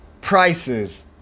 prices